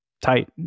tight